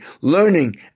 learning